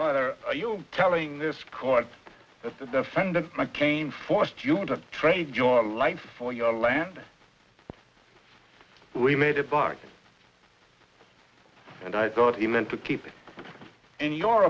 alive are you telling this court that the defendant came forced you to trade your life for your land we made a bargain and i thought you meant to keep it in your